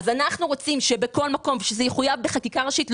אנחנו רוצים שבכל מקום זה יחויב בחקיקה ראשית,